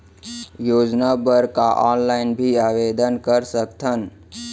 योजना बर का ऑनलाइन भी आवेदन कर सकथन?